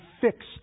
fixed